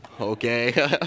okay